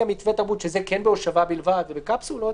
מתווה התרבות שזה כן בהושבה בלבד ובקפסולות,